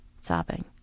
sobbing